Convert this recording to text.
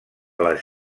les